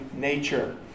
nature